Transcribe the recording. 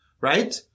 right